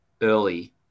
early